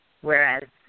Whereas